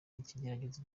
ikigeragezo